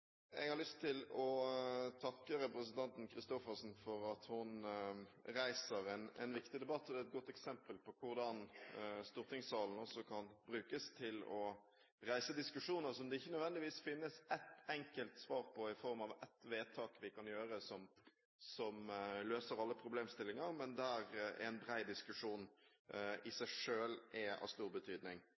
Jeg har lyst til å takke representanten Christoffersen for at hun reiser en viktig debatt. Det er et godt eksempel på hvordan stortingssalen også kan brukes til å reise diskusjoner som det ikke nødvendigvis finnes ett enkelt svar på i form av ett vedtak vi kan gjøre som løser alle problemstillinger, men der en bred diskusjon i seg selv er av stor betydning.